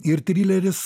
ir trileris